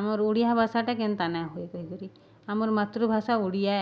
ଆମର୍ ଓଡ଼ିଆ ଭାଷାଟା କେନ୍ତା ନା ହୁଏ ଆମର୍ ମାତୃଭାଷା ଓଡ଼ିଆ